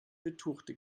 betuchte